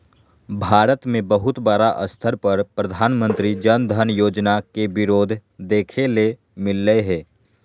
भारत मे बहुत बड़ा स्तर पर प्रधानमंत्री जन धन योजना के विरोध देखे ले मिललय हें